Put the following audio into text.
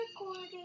recording